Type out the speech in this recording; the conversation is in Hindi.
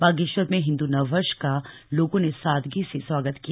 बागेश्वर में हिन्द् नर्व वर्ष का लोगों ने सादगी से स्वागत किया